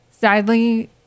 sadly